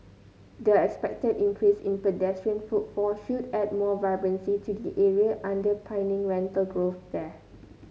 the expected increase in pedestrian footfall should add more vibrancy to the area underpinning rental growth there